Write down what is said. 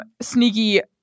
sneaky